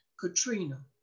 Katrina